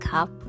Cup